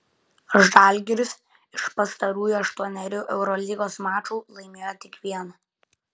žalgiris iš pastarųjų aštuonerių eurolygos mačų laimėjo tik vieną